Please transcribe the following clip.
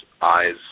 eyes